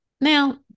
Now